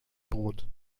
brot